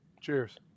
Cheers